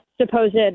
supposed